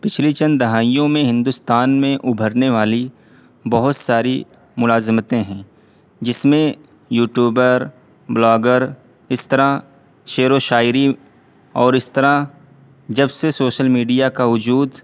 پچھلی چند دہائیوں میں ہندوستان میں ابھرنے والی بہت ساری ملازمتیں ہیں جس میں یو ٹوبر بلاگر اس طرح شعر و شاعری اور اس طرح جب سے سوشل میڈیا کا وجود